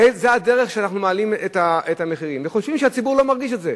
זאת הדרך שאנחנו מעלים את המחירים וחושבים שהציבור לא מרגיש את זה.